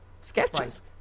sketches